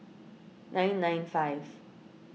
nine nine five